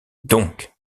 donc